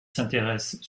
s’intéresse